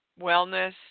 wellness